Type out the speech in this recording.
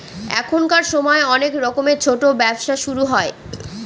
এখনকার সময় অনেক রকমের ছোটো ব্যবসা শুরু হয়